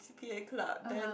p_a club then